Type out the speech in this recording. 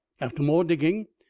after more digging,